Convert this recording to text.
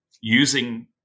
Using